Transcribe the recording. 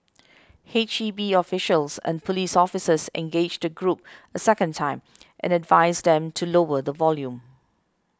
H E B officials and police officers engaged the group a second time and advised them to lower the volume